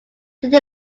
take